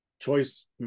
choice